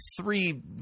three